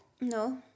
No